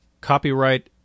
copyright